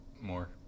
more